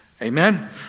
Amen